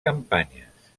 campanyes